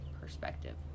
perspective